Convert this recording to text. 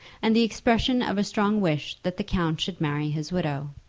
and the expression of a strong wish that the count should marry his widow.